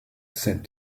said